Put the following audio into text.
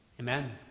Amen